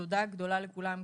תודה גדולה לכולם,